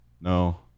No